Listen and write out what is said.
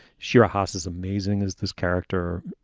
shira hosses, amazing is this character.